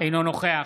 אינו נוכח